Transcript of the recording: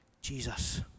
Jesus